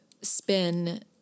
spin